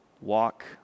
walk